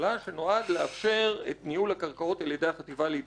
שנועד לאפשר את ניהול הקרקעות על-ידי החטיבה להתיישבות,